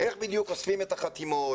איך בדיוק אוספים את החתימות?